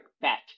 bet